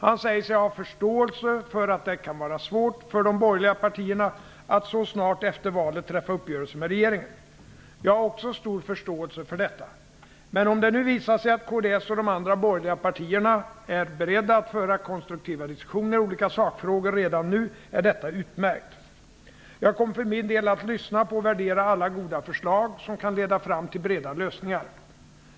Han säger sig ha förståelse för att det kan vara svårt för de borgerliga partierna att så snart efter valet träffa uppgörelser med regeringen. Jag har också stor förståelse för detta. Men om det nu visar sig att kds och de andra borgerliga partierna är beredda att föra konstruktiva diskussioner i olika sakfrågor redan nu är detta utmärkt. Jag kommer för min del att lyssna på och värdera alla goda förslag som kan leda fram till breda lösningar.